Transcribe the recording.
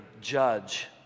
judge